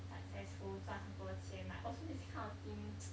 successful 赚很多钱 like also thing kind of thing